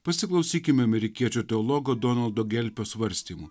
pasiklausykime amerikiečių teologo donaldo gelpio svarstymų